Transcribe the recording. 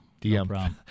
DM